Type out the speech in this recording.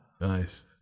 Nice